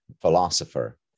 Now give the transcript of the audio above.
philosopher